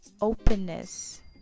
openness